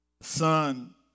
Son